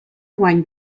wan